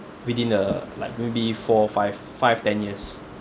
within a like maybe four five five ten years